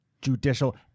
judicial